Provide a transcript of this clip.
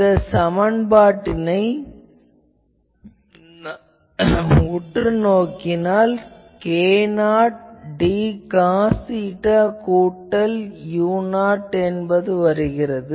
இந்த சமன்பாட்டை நோக்கினால் u என்பது k0d காஸ் தீட்டா கூட்டல் u0 ஆகும்